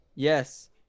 Yes